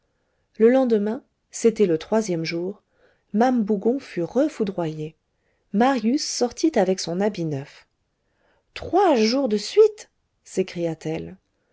le lendemain c'était le troisième jour mame bougon fut refoudroyée marius sortit avec son habit neuf trois jours de suite